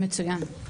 מצוין.